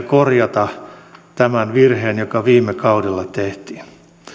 korjata tämän virheen joka viime kaudella tehtiin